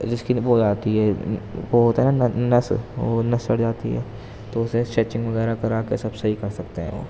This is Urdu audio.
جس کی وہ ہو جاتی ہے وہ ہوتا ہے نا نس وہ نس پھٹ جاتی ہے تو اسے اسٹیچنگ وغیرہ کرا کے سب صحیح کر سکتے ہیں وہ